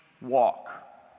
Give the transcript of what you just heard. walk